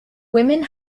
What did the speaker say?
women